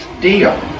deal